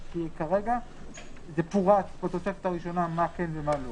כי כרגע פורט בתוספת הראשונה מה כן ומה לא.